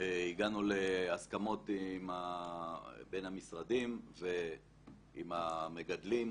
הגענו להסכמות בין המשרדים ועם המגדלים,